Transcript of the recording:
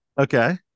Okay